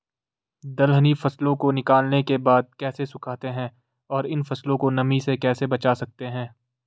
दलहनी फसलों को निकालने के बाद कैसे सुखाते हैं और इन फसलों को नमी से कैसे बचा सकते हैं?